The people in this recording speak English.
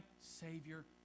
Savior